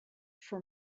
from